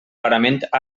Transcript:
parament